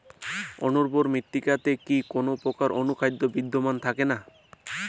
অনুর্বর মৃত্তিকাতে কি কোনো প্রকার অনুখাদ্য বিদ্যমান থাকে না?